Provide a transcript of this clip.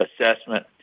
assessment